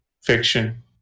Fiction